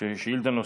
שאילתה נוספת,